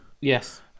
Yes